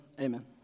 Amen